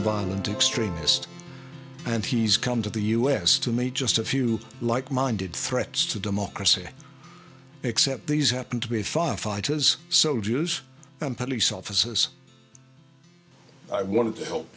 violent extremist and he's come to the us to meet just a few like minded threats to democracy except these happen to be firefighters so jews and police offices i wanted to help